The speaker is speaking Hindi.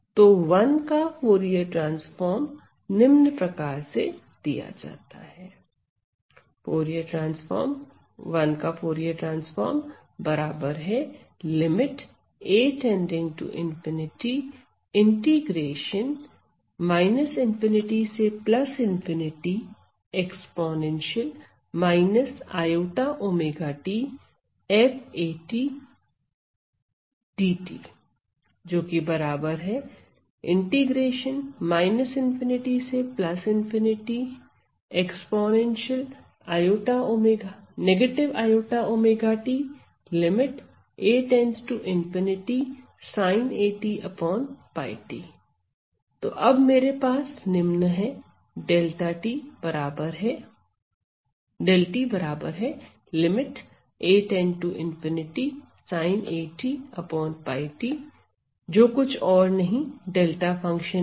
तो 1 का फूरिये ट्रांसफार्म निम्न प्रकार से दिया जाता है तो अब मेरे पास निम्न है जो और कुछ नहीं डेल्टा फंक्शन है